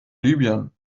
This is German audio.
libyen